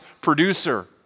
producer